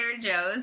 Joe's